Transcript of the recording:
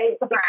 right